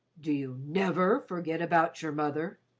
do you never forget about your mother?